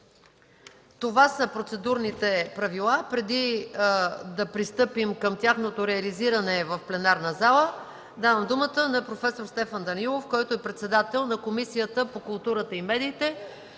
Това са процедурните правила. Преди да пристъпим към тяхното реализиране в пленарната зала, давам думата на проф. Стефан Данаилов, който е председател на Комисията по културата и медиите